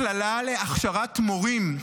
מכללה להכשרת מורים,